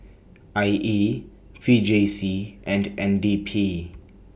I E V J C and N D P